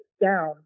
down